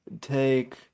take